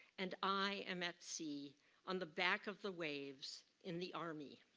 and i am at sea on the back of the waves in the army.